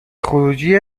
خروجی